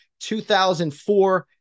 2004